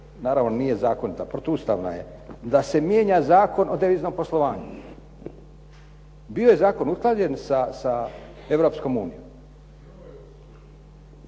naravno nije zakonita, protu ustavna je, da se mijenja Zakon o deviznom poslovanju. Bio je zakon usklađen sa Europskom unijom.